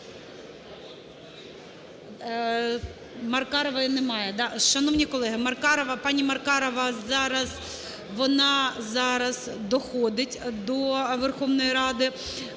Маркарової немає, да? Шановні колеги, пані Маркарова, вона зараз доходить до Верховної Ради,